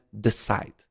decide